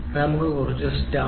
നമുക്ക് കുറച്ച് സ്റ്റാർ 1